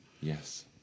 Yes